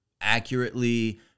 accurately